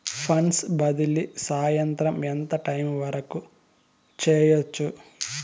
funds బదిలీ సాయంత్రం ఎంత టైము వరకు చేయొచ్చు